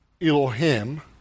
Elohim